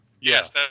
Yes